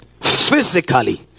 Physically